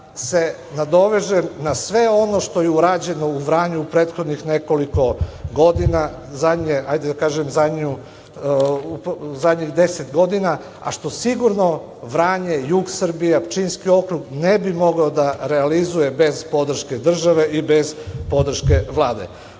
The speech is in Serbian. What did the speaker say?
se nadovežem na sve ono što je urađeno u Vranju u prethodnih nekoliko godina, hajde da kažem zadnjih 10 godina, a što sigurno Vranje, jug Srbije, Pčinjski okrug ne bi mogao da realizuje bez podrške države i bez podrške Vlade. Ovde